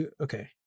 okay